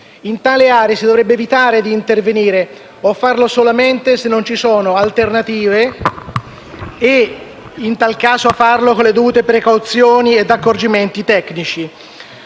In tali aree si dovrebbe evitare di intervenire o farlo solamente se non ci sono alternative e, in tal caso, farlo con le dovute precauzioni e gli accorgimenti tecnici.